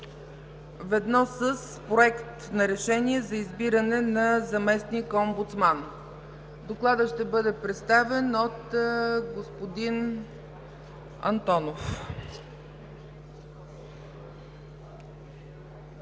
ведно с Проект на решение за избиране на заместник-омбудсман. Докладът ще бъде представен от господин Антонов.